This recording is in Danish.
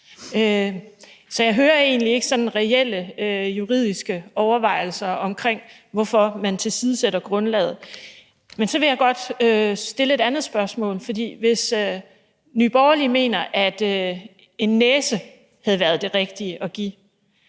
Så jeg hører egentlig ikke sådan reelle juridiske overvejelser om, hvorfor man tilsidesætter grundlaget. Men så vil jeg godt stille et andet spørgsmål: Hvis Nye Borgerlige mener, at en næse havde været det rigtige at give,